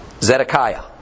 Zedekiah